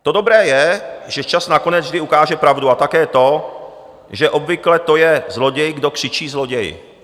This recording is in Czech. To dobré je, že čas nakonec vždy ukáže pravdu, a také to, že obvykle to je zloděj, kdo křičí: Zloději!